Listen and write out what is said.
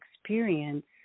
experience